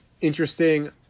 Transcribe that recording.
interesting